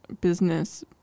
business